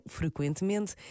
frequentemente